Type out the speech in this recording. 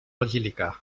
basílica